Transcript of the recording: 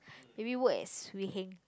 maybe work at Swee Heng